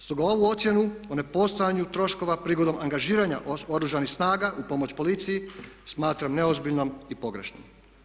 Stoga ovu ocjenu o nepostojanju troškova prigodom angažiranja Oružanih snaga u pomoć policiji smatram neozbiljnom i pogrešnom.